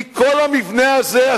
כי כל המבנה הזה,